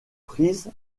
prise